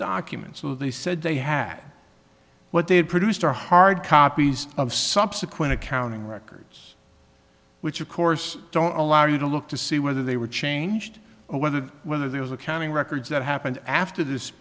documents so they said they had what they have produced are hard copies of subsequent accounting records which of course don't allow you to look to see whether they were changed or whether whether there was accounting records that happened after this